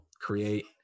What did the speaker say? create